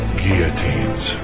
guillotines